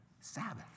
Sabbath